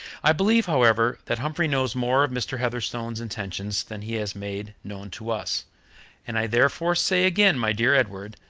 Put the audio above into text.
i believe, however, that humphrey knows more of mr. heatherstone's intentions than he has made known to us and i therefore say again, my dear edward,